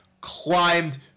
climbed